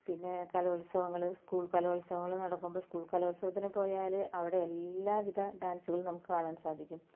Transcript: പിന്നെ കലോത്സവങ്ങൾ സ്കൂൾ കലോത്സവങ്ങൾ നടക്കുമ്പോൾ സ്കൂൾ കലോത്സവത്തിന് പോയാൽ അവിടെ എല്ലാവിധ ഡാൻസുകളും നമുക്ക് കാണാൻ സാധിക്കും